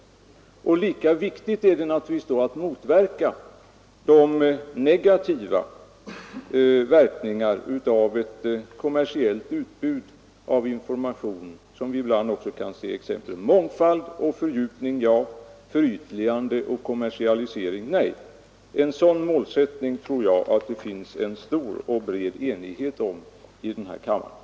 Lika viktigt är det att motverka de negativa effekterna av ett kommersiellt utbud av information, som vi ibland också kan se exempel på. é Mångfald och fördjupning — ja, förytligande och kommersialisering — nej. En sådan målsättning tror jag att det finns en stor och bred enighet om i kammaren.